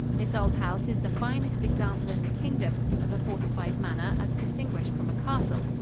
this old house is the finest example in the kingdom of a fortified manor as distinguished from a castle,